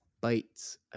bites